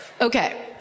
okay